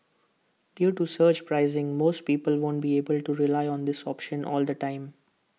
due to surge pricing most people won't be able to rely on this option all the time